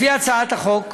לפי הצעת החוק,